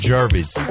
Jervis